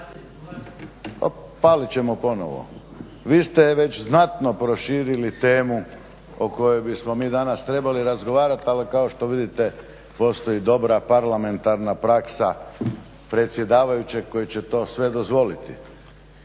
ministre vi ste već znatno prošili temu o kojoj bismo mi danas trebali razgovarati ali kao što vidite postoji dobra parlamentarna praksa predsjedavajućeg koji će to sve dozvoliti.